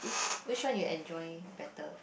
which one you enjoy better